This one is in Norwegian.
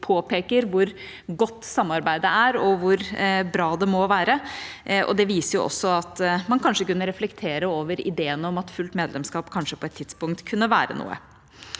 de påpeker hvor godt samarbeidet er, og hvor bra det må være. Det viser at man kanskje kunne reflektere over ideen om at fullt medlemskap på et tidspunkt kanskje kunne være noe.